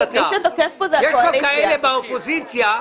יש כאן כאלה באופוזיציה,